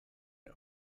and